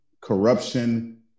Corruption